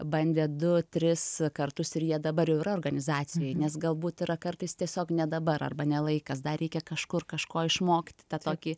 bandė du tris kartus ir jie dabar jau yra organizacijoj nes galbūt yra kartais tiesiog ne dabar arba ne laikas dar reikia kažkur kažko išmokti tą tokį